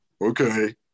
okay